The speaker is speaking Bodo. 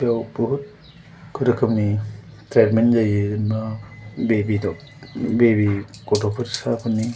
बेयाव बहुद रोखोमनि ट्रिटमेन्ट जायो मा बेबि गथ'फोरसाफोरनि